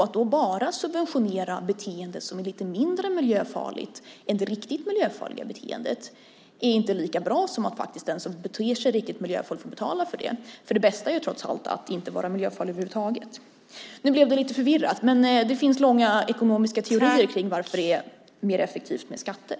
Att då bara subventionera beteende som är lite mindre miljöfarligt än det riktigt miljöfarliga beteendet är inte lika bra som att den som beter sig riktigt miljöfarligt får betala för det. Det bästa är trots allt att inte vara miljöfarlig över huvud taget. Nu blev det lite förvirrat, men det finns långa ekonomiska teorier om varför det är mer effektivt med skatter.